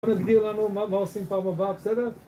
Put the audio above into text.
בוא נגדיר לנו מה, מה עושים פעם הבאה. בסדר?